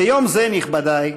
ביום זה, נכבדי,